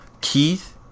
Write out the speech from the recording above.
Keith